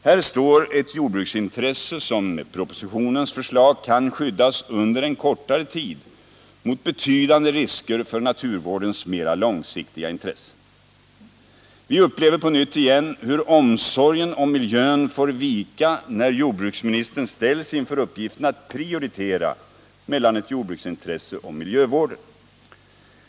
Här står ett jordbruksintresse. som med propositionens förslag kan skyddas under en kortare tid, mot betydande risker för naturvårdens Nr 148 mera långsiktiga intressen. Onsdagen den Vi upplever på nytt igen hur omsorgen om miljön får vika när 21 maj 1980 jordbruksministern ställs inför uppgiften att prioritera mellan ett jordbruksintresse och miljövården.